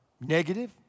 negative